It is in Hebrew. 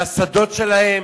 מהשדות שלהם,